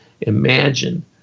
imagine